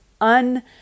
un